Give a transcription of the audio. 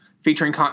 featuring